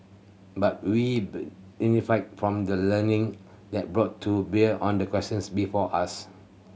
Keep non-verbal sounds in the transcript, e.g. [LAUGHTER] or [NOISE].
but we [UNINTELLIGIBLE] from the learning that brought to bear on the questions before us